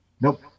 Nope